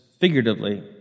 figuratively